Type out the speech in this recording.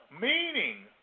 meaning